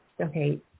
Okay